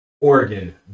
Oregon